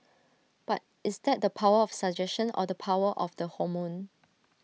but is that the power of suggestion or the power of the hormone